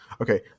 okay